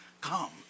Come